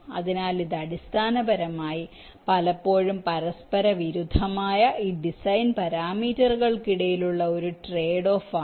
അതിനാൽ ഇത് അടിസ്ഥാനപരമായി പലപ്പോഴും പരസ്പരവിരുദ്ധമായ ഈ ഡിസൈൻ പാരാമീറ്ററുകൾക്കിടയിലുള്ള ഒരു ട്രേഡ്ഓഫ് tradeoff ആണ്